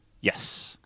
Yes